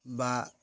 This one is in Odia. ବା